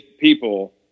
people